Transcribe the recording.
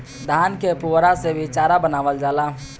धान के पुअरा से भी चारा बनावल जाला